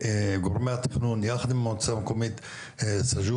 גורמי התכנון ויחד עם המועצה המקומית סאג'ור,